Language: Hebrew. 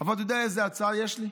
אבל אתה יודע איזה הצעה יש לי?